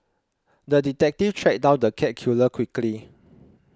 the detective tracked down the cat killer quickly